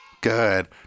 Good